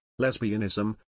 lesbianism